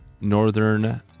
Northern